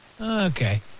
Okay